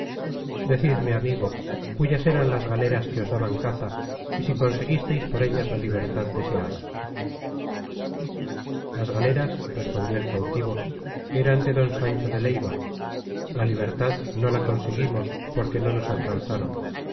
decidme amigo cuyas eran las galeras que os daban caza y si conseguisteis por ellas la libertad deseada las galeras respondió el cautivo eran de don sancho de leiva la libertad no la conseguimos porque no nos alcanzaron